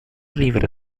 libre